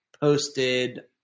posted